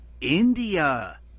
India